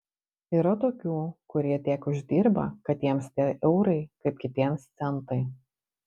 yra tokių kurie tiek uždirba kad jiems tie eurai kaip kitiems centai